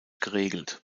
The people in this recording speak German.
geregelt